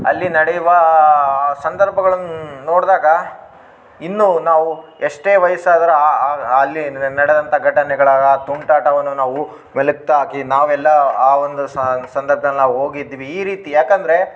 ಅಲ್ಲಿ ನಡೆಯುವ ಸಂದರ್ಭಗಳನ್ ನೋಡಿದಾಗ ಇನ್ನು ನಾವು ಎಷ್ಟೇ ವಯಸ್ಸಾದ್ರು ಅಲ್ಲಿ ನಡೆದಂಥ ಘಟನೆಗಳ ಆ ತುಂಟಾಟವನ್ನು ನಾವು ಮೇಲುಕಾಕಿ ನಾವೆಲ್ಲ ಆ ಒಂದು ಸಂದರ್ಭದಲ್ ನಾವು ಹೋಗಿದ್ವಿ ಈ ರೀತಿ ಯಾಕಂದರೆ